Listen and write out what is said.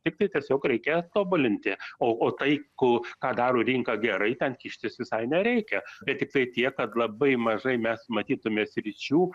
tiktai tiesiog reikia tobulinti o o tai ko ką daro rinka gerai ten kištis visai nereikia bet tiktai tiek kad labai mažai mes matytume sričių